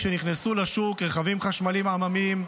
כשנכנסו לשוק רכבים חשמליים עממיים,